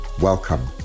Welcome